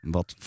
Wat